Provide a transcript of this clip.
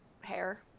hair